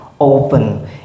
open